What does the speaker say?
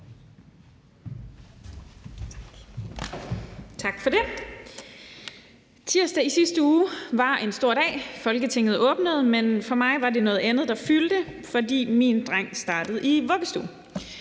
Tak for det. Tirsdag i sidste uge var en stor dag. Folketinget åbnede, men for mig var det noget andet, der fyldte. For min dreng startede i vuggestue,